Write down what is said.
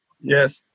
Yes